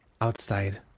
outside